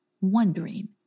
wondering